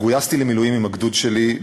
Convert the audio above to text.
גויסתי למילואים עם הגדוד שלי,